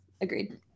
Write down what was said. agreed